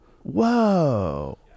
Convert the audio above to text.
Whoa